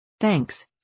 Thanks